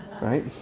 Right